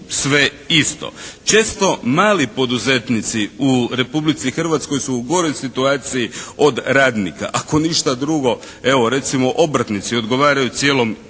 sve isto. Često mali poduzetnici u Republici Hrvatskoj su u goroj situaciji od radnika. Ako ništa drugo evo recimo obrtnici, odgovaraju cijelom